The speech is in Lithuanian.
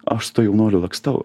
aš su tuo jaunuoliu lakstau